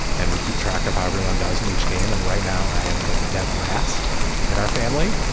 and we keep track of how everyone does in each game. and right now i am in dead last in our family.